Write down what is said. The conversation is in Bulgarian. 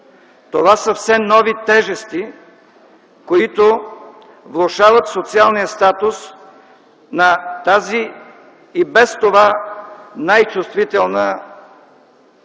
Това са все нови тежести, които влошават социалния статус на тази и без това най-чувствителна социална